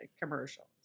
commercials